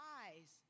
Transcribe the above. eyes